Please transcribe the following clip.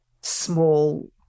small